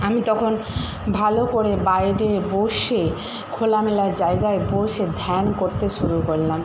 আমি তখন ভালো করে বাইরে বসে খোলামেলা জায়গায় বসে ধ্যান করতে শুরু করলাম